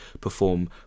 perform